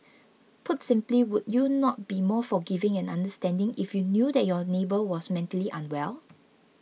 put simply would you not be more forgiving and understanding if you knew that your neighbour was mentally unwell